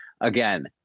Again